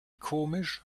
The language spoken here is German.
komisch